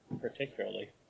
particularly